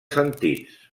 sentits